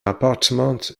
apartment